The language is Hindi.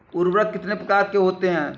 उर्वरक कितने प्रकार के होते हैं?